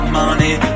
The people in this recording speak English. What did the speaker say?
money